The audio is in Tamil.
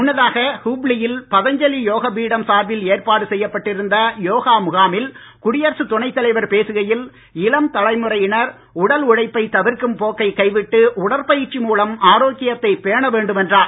முன்னதாக ஹுப்ளியில் பதஞ்சலி யோக பீடம் சார்பில் ஏற்பாடு செய்யப்பட்டிருந்த யோகா முகாமில் குடியரசுத் துணை தலைவர் பேசுகையில் இளம் தலைமுறையினர் உடல் உழைப்பை தவிர்க்கும் போக்கை கைவிட்டு உடற்பயிற்சி மூலம் ஆரோக்கியத்தை பேண வேண்டும் என்றார்